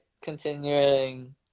Continuing